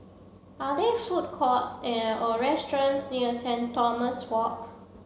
are there food courts and or restaurants near St Thomas Walk